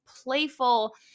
playful